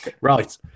right